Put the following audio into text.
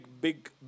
big